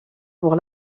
pour